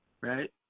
right